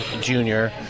junior